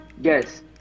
Yes